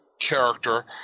character